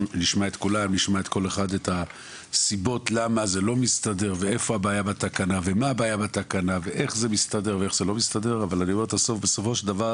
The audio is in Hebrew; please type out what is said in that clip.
נשמע את כולם ונבין את הסיבות ואת הבעיה בתקנה אבל בסופו של דבר